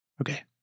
Okay